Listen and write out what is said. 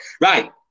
right